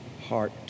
heart